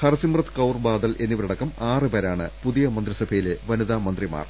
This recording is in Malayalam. ഹർസിമ്രത് കൌർ ബാദൽ എന്നിവരടക്കം ആറുപേരാണ് പുതിയ മന്ത്രിസഭയിലെ വനിതാ മന്ത്രിമാർ